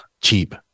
cheap